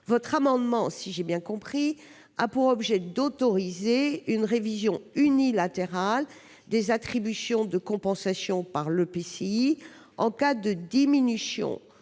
cet amendement a pour objet d'autoriser une révision unilatérale des attributions de compensation par l'EPCI en cas de diminution